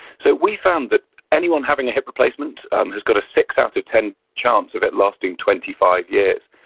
so we found that anyone having a hip replacement um has got a six out of ten chance of it lasting twenty five years.